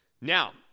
Now